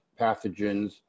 pathogens